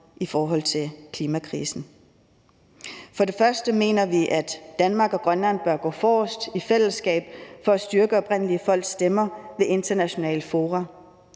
store. Først og fremmest mener vi, at Danmark og Grønland bør gå forrest i fællesskab for at styrke oprindelige folks stemmer ved internationale fora.